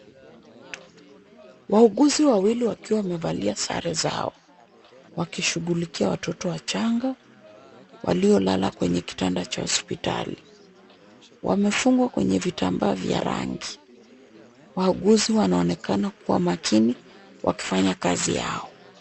Wauguzi wawili wakiwa wamevalia sare zao wakishughulikia watoto wachanga waliolala kwenye kitanda cha hospitali. Wamefungwa kwenye vitambaa vya rangi. Wauguzi wanaonekana kuwa makini wakifanya kazi yao.